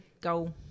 go